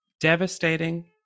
devastating